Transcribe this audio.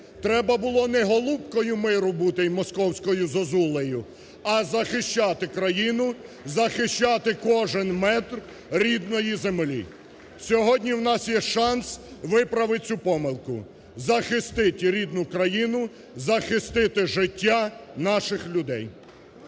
треба було не голубкою миру бути і московською зозулею, а захищати країну, захищати кожен метр рідної землі. Сьогодні в нас є шанс виправити цю помилку, захистити рідну країну, захистити життя наших людей.